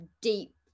deep